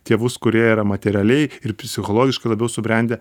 tėvus kurie yra materialiai ir psichologiškai labiau subrendę